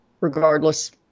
Regardless